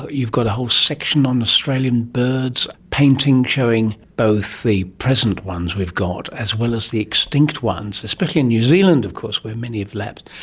you've got a whole section on australian birds, paintings showing both the present ones we've got as well as the extinct ones, especially in new zealand of course where many have lapsed.